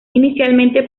inicialmente